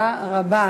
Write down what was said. תודה רבה.